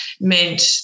meant